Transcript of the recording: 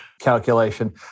calculation